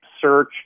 search